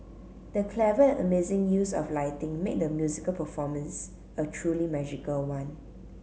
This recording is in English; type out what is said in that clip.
the clever and amazing use of lighting made the musical performance a truly magical one